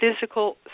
physical